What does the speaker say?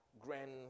grand